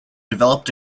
developed